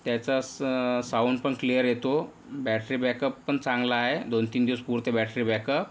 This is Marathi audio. त्याचा स साऊंड पण क्लियर येतो बॅटरी बॅकअप पण चांगला आहे दोन तीन दिवस पुरते बॅटरी बॅकअप